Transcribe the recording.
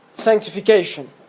sanctification